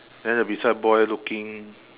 then the beside boy looking